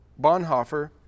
Bonhoeffer